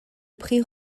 prix